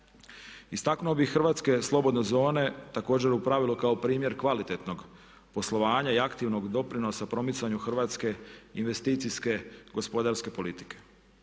Istaknuo bih Hrvatske slobodne zone, također u pravilu kao primjer kvalitetnog poslovanja i aktivnog doprinosa promicanju Hrvatske investicijske gospodarske politike.